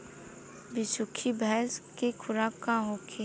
बिसुखी भैंस के खुराक का होखे?